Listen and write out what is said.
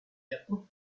japon